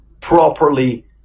properly